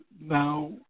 now